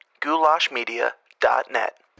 Goulashmedia.net